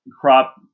crop